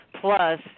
plus